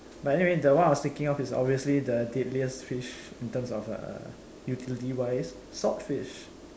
but anyway the one I was thinking of is obviously the deadliest fish in terms of uh utility wise swordfish